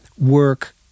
work